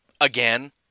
again